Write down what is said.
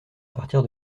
partir